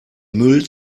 müll